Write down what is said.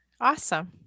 Awesome